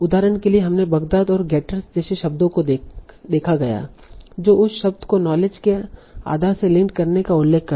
उदाहरण के लिए हमने बगदाद और गेटर्स जैसे शब्दों को देखा गया जो उस शब्द को नॉलेज के आधार से लिंक्ड करने का उल्लेख करते हैं